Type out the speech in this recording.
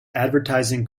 advertising